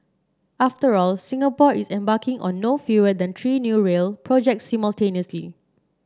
after all Singapore is embarking on no fewer than three new rail projects simultaneously